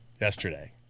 yesterday